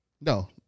No